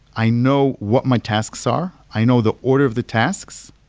i know what my tasks are. i know the order of the tasks.